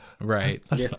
Right